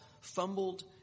fumbled